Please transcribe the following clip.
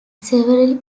severely